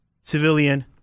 civilian